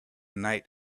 night